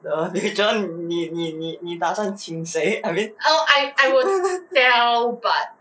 你你你你打算请谁 I mean